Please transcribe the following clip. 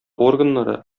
органнары